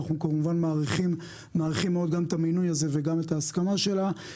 שאנחנו כמובן מעריכים את מאוד את המינוי הזה וגם את ההסכמה שלה,